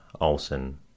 Olson